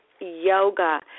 yoga